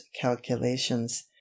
calculations